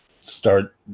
start